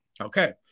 Okay